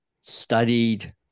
studied